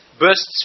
bursts